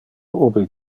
ubi